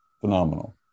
Phenomenal